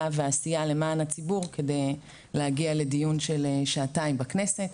ועשייה למען הציבור כדי להגיע לדיון של שעתיים בכנסת,